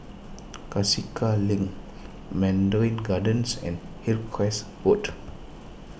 Cassia Link Mandarin Gardens and Hillcrest Road